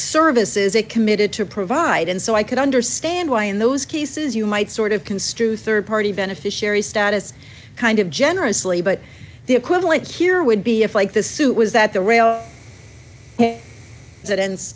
services it committed to provide and so i could understand why in those cases you might sort of construe rd party beneficiary status kind of generously but the equivalent here would be if like the suit was that the rail that ends